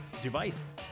device